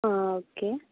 okay